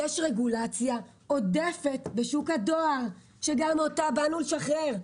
יש רגולציה עודפת בשוק הדואר שגם אותה באנו לשחרר.